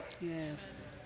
Yes